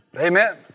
Amen